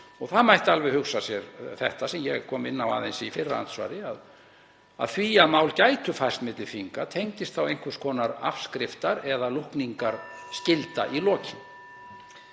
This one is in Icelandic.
Það mætti alveg hugsa sér þetta, sem ég kom aðeins inn á í fyrra andsvari, að það að mál gætu færst milli þinga tengdist þá einhvers konar afskriftar- eða lúkningarskylda í lokin.